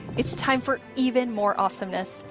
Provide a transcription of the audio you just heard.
it's time for even more awesomeness.